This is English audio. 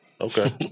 Okay